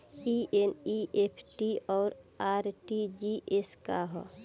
ई एन.ई.एफ.टी और आर.टी.जी.एस का ह?